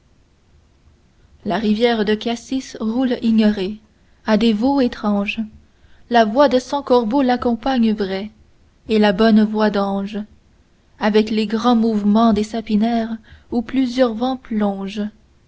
la rivière de cassis roule ignorée a des vaux étranges la voix de cent corbeaux l'accompagne vraie et bonne voix d'anges avec les grands mouvements des sapinaies où plusieurs vents plongent